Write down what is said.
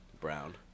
Brown